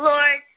Lord